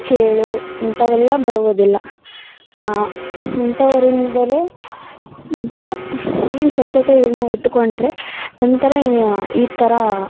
ಚೇಳು ಇಂಥವೆಲ್ಲ ಬರುವುದಿಲ್ಲ ಇಂತವುದರಿಂದಲೇ ದಾ ಏನು ಸ್ವಚ್ಛತೆಯನ್ನ ಇಟ್ಕೊಂಡರೆ ನಂತರ ಇದ ಈ ಥರ